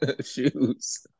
shoes